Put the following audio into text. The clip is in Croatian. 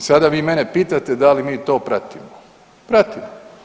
I sada vi mene pitate da li mi to pratimo, pratimo.